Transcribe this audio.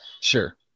sure